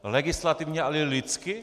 Legislativně a i lidsky?